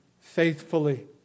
faithfully